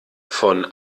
von